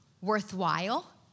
worthwhile